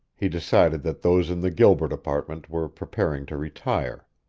he decided that those in the gilbert apartment were preparing to retire.